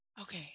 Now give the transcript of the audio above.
okay